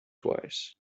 twice